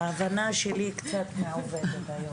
ההבנה שלי קצת מעוותת היום.